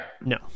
No